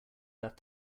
left